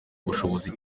ubushobozi